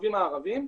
ביישובים הערביים,